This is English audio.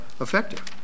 effective